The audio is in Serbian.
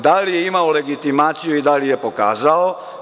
Da li je imao legitimaciju i da li je pokazao?